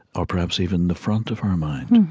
or perhaps even the front of our mind.